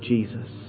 Jesus